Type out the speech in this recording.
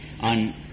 on